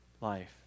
life